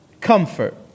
Comfort